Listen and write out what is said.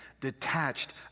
detached